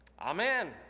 amen